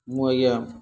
ମୁଁ ଆଜ୍ଞା